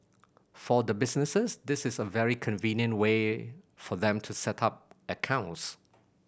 for the businesses this is a very convenient way for them to set up accounts